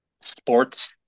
sports